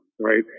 right